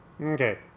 Okay